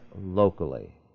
locally